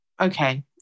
Okay